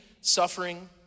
suffering